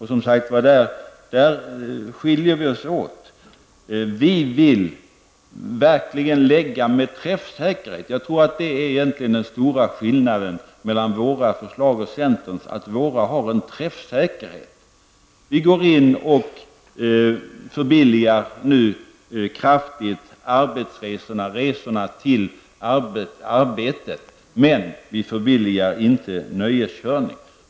Här skiljer vi oss åt. Folkpartiet vill lägga fram förslag med träffsäkerhet. Jag tror att den stora skillnaden mellan folkpartiets förslag och centerns egentligen är att våra har en träffsäkerhet. Vi föreslår nu att resorna till arbetet skall förbilligas kraftigt, men nöjeskörningen skall inte bli billigare.